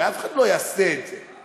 הרי אף אחד לא יעשה את זה.